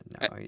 no